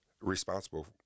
Responsible